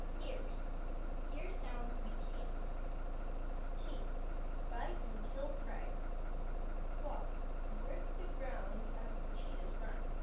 ears hear sounds we can't teeth bite and kill prey claws grip the ground as the cheetahs run